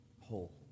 whole